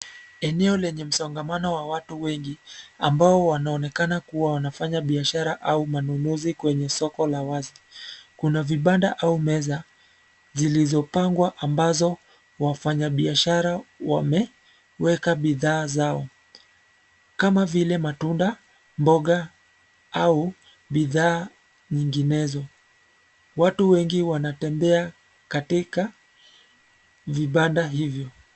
Eneo lenye msongamano wa watu wengi, ambao wanaonekana kuwa wanafanya biashara au manunuzi kwenye soko la wazi, kuna vibanda au meza, zilizopangwa ambazo, wafanyabiashara wame, weka bidhaa zao, kama vile matunda, mboga, au, bidhaa, nyinginezo, watu wengi wanatembea, katika, vibanda hivyo.